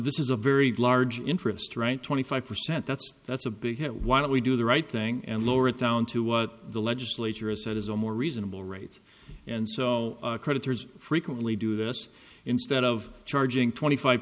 this is a very large interest right twenty five percent that's that's a big hit why don't we do the right thing and lower it down to what the legislature has said is a more reasonable rate and so creditors frequently do this instead of charging twenty five